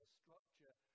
structure